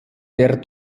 der